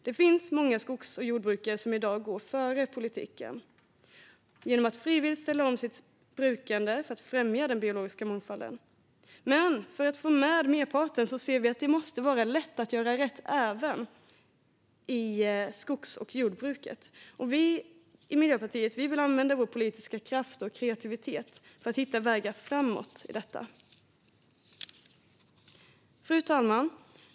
Det finns många skogs och jordbrukare som i dag går före politiken genom att frivilligt ställa om sitt brukande för att främja den biologiska mångfalden. Men för att få med merparten ser vi att det måste vara lätt att göra rätt även inom skogsbruket och jordbruket, och vi i Miljöpartiet vill använda vår politiska kraft och kreativitet för att hitta vägar framåt i detta. Fru talman!